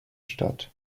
stadt